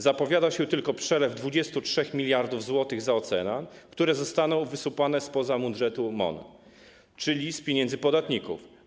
Zapowiada się tylko przelew 23 mld zł za ocean, które zostaną wysupłane spoza budżetu MON, czyli z pieniędzy podatników.